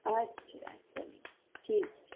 اچھا چلیے ٹھیک ہے